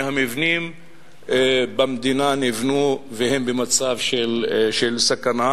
מהמבנים במדינה נבנו כך והם במצב של סכנה,